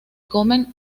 comen